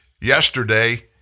Yesterday